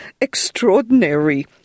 extraordinary